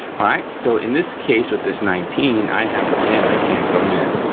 all right, so in this case with this nineteen, i have one in, i can't go in.